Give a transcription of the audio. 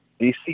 DC